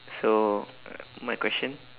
so my question